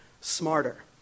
smarter